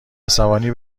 عصبانی